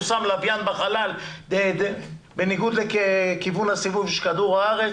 הוא שם לוויין בחלל בניגוד לכיוון הסיבוב של כדור הארץ